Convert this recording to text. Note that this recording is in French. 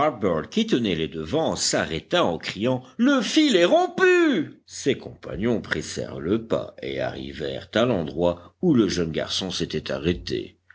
qui tenait les devants s'arrêta en criant le fil est rompu ses compagnons pressèrent le pas et arrivèrent à l'endroit où le jeune garçon s'était arrêté